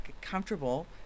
comfortable